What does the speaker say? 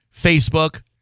Facebook